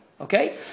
Okay